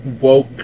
woke